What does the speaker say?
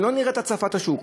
ולא נראה את הצפת השוק,